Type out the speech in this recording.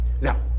Now